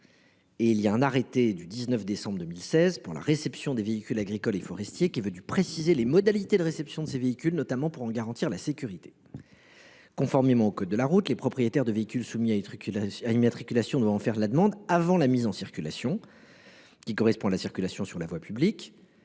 2013. Un arrêté du 19 décembre 2016 relatif à la réception des véhicules agricoles et forestiers est venu préciser les modalités de réception de ces véhicules, notamment pour en garantir la sécurité. Conformément au code de la route, les propriétaires de véhicules soumis à immatriculation doivent en faire la demande avant la mise en circulation sur la voie publique.